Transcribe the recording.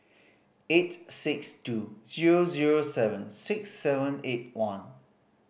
eight six two zero zero seven six seven eight one